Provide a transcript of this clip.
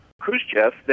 Khrushchev